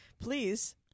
Please